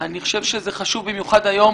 אני חושב שזה חשוב במיוחד היום,